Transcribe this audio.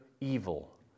evil